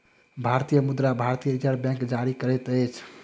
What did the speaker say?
भारतीय मुद्रा भारतीय रिज़र्व बैंक जारी करैत अछि